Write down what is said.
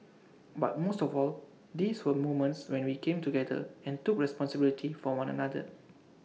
but most of all these were moments when we came together and took responsibility for one another